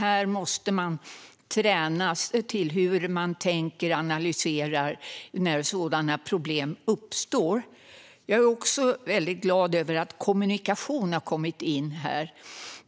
Här måste man tränas i hur man ska tänka och analysera när sådana problem uppstår. Jag är också väldigt glad över att kommunikation har kommit in här.